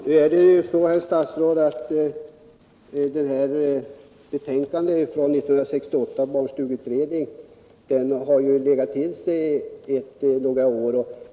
Herr talman! Men, herr statsråd, 1968 års barnstugeutrednings betänkande har ju nu hunnit ligga till sig under några år.